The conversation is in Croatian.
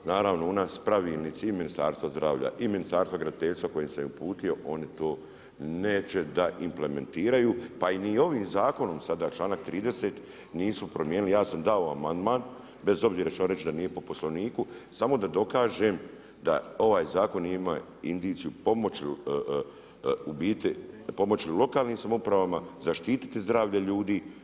Naravno, u nas pravilnici i Ministarstvo zdravlja i Ministarstvo graditeljstva kojim sam uputio, oni to neće da implementiraju, pa ni ovim zakonom, sada čl. 30 nisu promijenili, ja sam dao amandman, bez obzira što će reći da nije po poslovniku, samo da dokažem da ovaj zakon nije imao indiciju pomoći, u biti pomoći lokalnim samoupravama, zaštiti zdravlje ljudi.